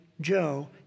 Joe